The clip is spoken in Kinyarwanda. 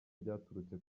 byaturutse